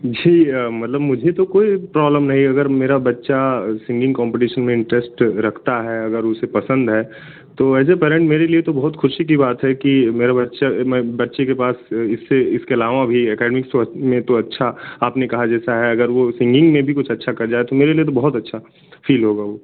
जी मतलब मुझे तो कोई प्रॉब्लम नहीं है अगर मेरा बच्चा सिंगिंग कॉम्पिटिशन में इन्टरेस्ट रखता है अगर उसे पसंद है तो एज़ अ पेरेंट मेरे लिए तो बहौत खुशी की बात है कि मेरा बच्चा मेरे बच्चे के पास उससे इसके अलावा भी एकेडमिक में तो अच्छा आपने कहा जैसा है अगर वो सिंगिंग में भी कुछ अच्छा कर जाए तो मेरे लिए तो बहुत अच्छा फ़ील होगा वो